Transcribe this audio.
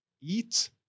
eat